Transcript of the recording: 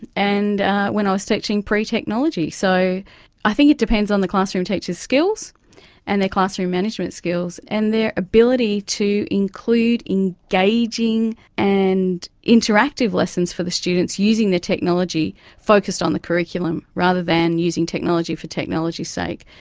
and when i was teaching pre-technology. so i think it depends on the classroom teachers' skills and their classroom management skills, and their ability to include engaging and interactive lessons for the students using the technology focused on the curriculum rather than using technology for technology's sake.